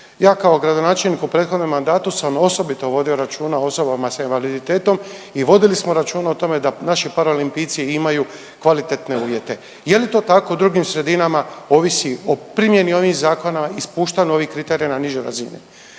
Ja kao gradonačelnik u prethodnom mandatu sam osobito vodio računa osoba s invaliditetom i vodili smo računa o tome da naši paraolimpijci imaju kvalitetne uvjete. Je li to tako u drugim sredinama ovisi o primjeni ovih zakona i spuštanja ovih kriterija na niže razine.